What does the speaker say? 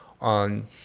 on